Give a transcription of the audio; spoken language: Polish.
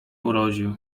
urodził